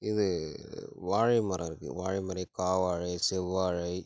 இது வாழை மரம் இருக்கு வாழை மரை காவாழை செவ்வாழை